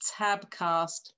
tabcast